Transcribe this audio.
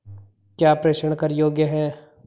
क्या प्रेषण कर योग्य हैं?